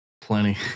Plenty